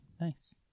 Nice